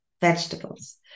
vegetables